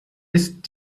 ist